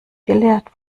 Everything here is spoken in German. gelehrt